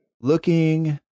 Looking